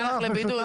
המרחק עושה את שלו.